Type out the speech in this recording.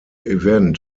event